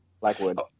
Blackwood